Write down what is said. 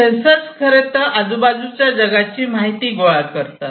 sensors खरेतर आजूबाजूच्या जगाची माहिती गोळा करतात